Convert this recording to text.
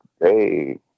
hey